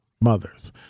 mothers